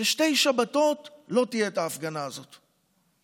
ששתי שבתות לא תהיה ההפגנה הזאת.